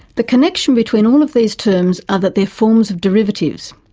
the connection between all of these terms are that they're forms of derivatives,